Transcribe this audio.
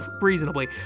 reasonably